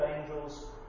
angels